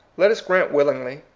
let us grant willingly,